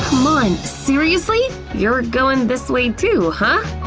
c'mon! seriously? you're going this way too, huh?